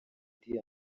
idi